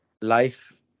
life